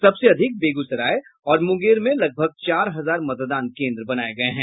सबसे अधिक बेगूसराय और मुंगेर में लगभग चार हजार मतदान केन्द्र बनाये गये हैं